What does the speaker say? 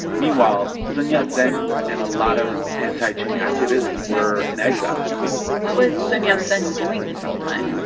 meanwhile, sun yat-sen and a lot of anti-qing activists were in exile what was sun yat-sen doing this whole time?